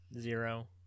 Zero